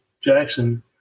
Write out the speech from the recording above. Jackson